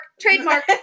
trademark